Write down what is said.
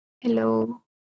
hello